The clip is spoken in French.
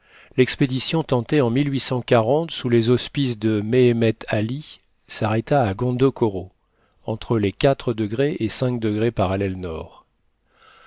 l'expédition tentée en sous les auspices de mehemet ali s'arrêta à gondokoro entre les quatre degrés et parallèle nord